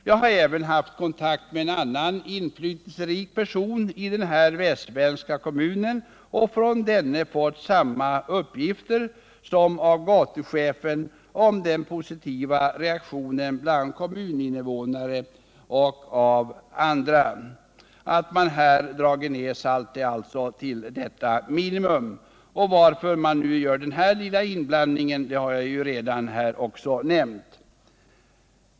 Jag har även haft kontakt med en annan inflytelserik person i den här västsvenska kommunen och från denne fått samma uppgifter som av gatuchefen om den positiva reaktion bland kommuninvånarna och allmänheten som neddragningen av saltningen till ett minimum medfört. Anledningen till att inblandningen av salt i sanden inte helt upphört har jag tidigare nämnt.